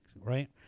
right